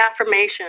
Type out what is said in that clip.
affirmation